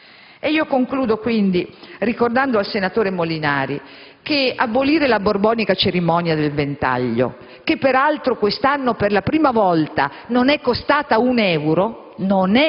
Concludo quindi ricordando al senatore Molinari che non sono favorevole ad abolire la borbonica cerimonia del Ventaglio, che peraltro quest'anno per la prima volta non è costata un euro,